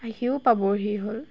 আহিও পাবহি হ'ল